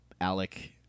Alec